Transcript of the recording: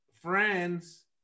friends